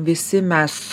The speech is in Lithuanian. visi mes